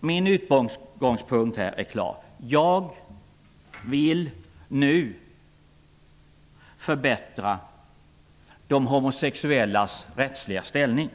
Min utgångspunkt är klar: Jag vill att de homosexuellas ställning nu skall förbättras.